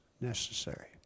necessary